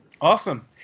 Awesome